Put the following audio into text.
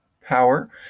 power